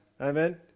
amen